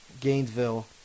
Gainesville